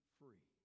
free